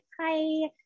hi